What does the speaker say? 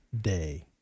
Day